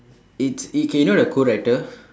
it's it's K you know the co-writer